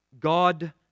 God